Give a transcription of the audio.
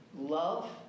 Love